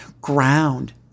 ground